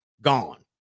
gone